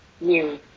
New